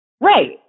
Right